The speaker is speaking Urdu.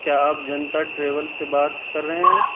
کیا آپ جنتا ٹریول سے بات کر رہے ہیں